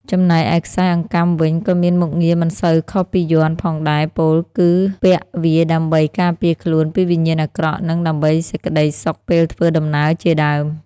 ចំណែកឯខ្សែអង្កាំវិញក៏មានមុខងារមិនសូវខុសពីយ័ន្តផងដែរពោលគឺពាក់វាដើម្បី ការពារខ្លួនពីវិញ្ញាណអាក្រក់និងដើម្បីសេចក្តិសុខពេលធ្វើដំណើរជាដើម